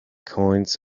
coins